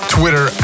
Twitter